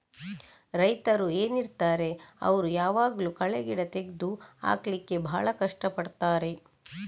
ರೈತರು ಏನಿರ್ತಾರೆ ಅವ್ರು ಯಾವಾಗ್ಲೂ ಕಳೆ ಗಿಡ ತೆಗ್ದು ಹಾಕ್ಲಿಕ್ಕೆ ಭಾಳ ಕಷ್ಟ ಪಡ್ತಾರೆ